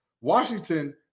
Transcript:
Washington